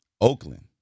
Oakland